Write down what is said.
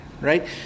right